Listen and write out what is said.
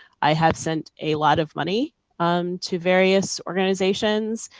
i have sent a lot of money um to various organizations.